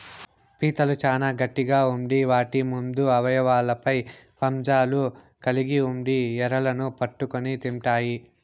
పీతలు చానా గట్టిగ ఉండి వాటి ముందు అవయవాలపై పంజాలు కలిగి ఉండి ఎరలను పట్టుకొని తింటాయి